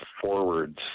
forwards